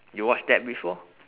you watched that before